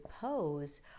pose